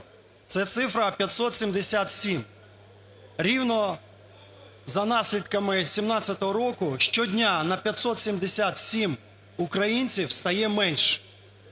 Це цифра 577. Рівно за наслідками 17-го року щодня на 577 українців стає менше,